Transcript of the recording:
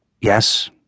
Yes